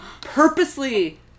purposely